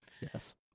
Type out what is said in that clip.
Yes